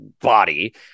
body